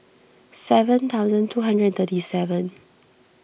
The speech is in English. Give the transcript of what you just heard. seven thousand two hundred and thirty seven